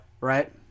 Right